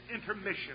intermission